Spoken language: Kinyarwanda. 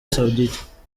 saoudite